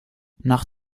nach